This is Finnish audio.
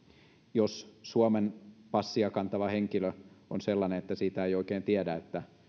jos suomen passia kantava henkilö on sellainen että siitä ei oikein tiedä että